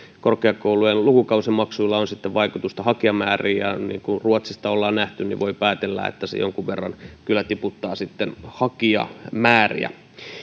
korkeakoulujen lukukausimaksuilla on vaikutusta hakijamääriin niin kuin ruotsista ollaan nähty voi päätellä että se jonkun verran kyllä tiputtaa sitten hakijamääriä